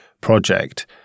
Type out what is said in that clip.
project